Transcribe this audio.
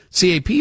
CAP